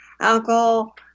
alcohol